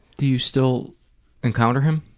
do you still encounter him?